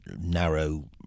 narrow